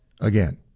again